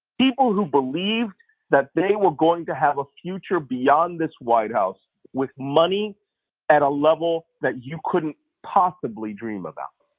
people who believed that they were going to have a future beyond this white house with money at a level that you couldn't possibly dream about.